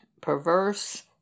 perverse